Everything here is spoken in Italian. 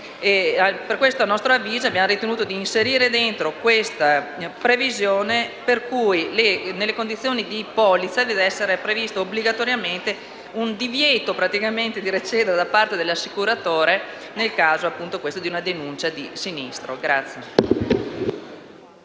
Per questo abbiamo ritenuto di inserire la previsione per cui nelle condizioni di polizza dev'essere previsto obbligatoriamente il divieto di recedere da parte dell'assicuratore nel caso di una denuncia di sinistro.